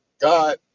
God